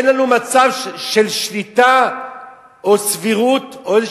אין לנו מצב של שליטה או סבירות או איזה